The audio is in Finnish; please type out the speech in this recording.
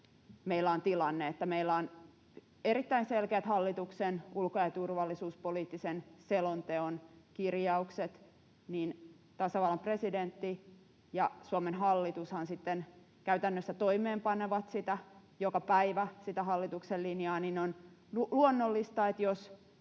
meillä on tilanne, että meillä on erittäin selkeät hallituksen ulko- ja turvallisuuspoliittisen selonteon kirjaukset. Kun tasavallan presidentti ja Suomen hallitushan sitten käytännössä toimeenpanevat joka päivä sitä hallituksen linjaa, niin on luonnollista ja